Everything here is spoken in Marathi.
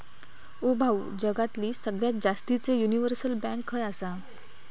ओ भाऊ, जगातली सगळ्यात जास्तीचे युनिव्हर्सल बँक खय आसा